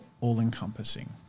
all-encompassing